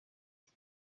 iki